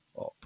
up